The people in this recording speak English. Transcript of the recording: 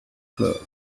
club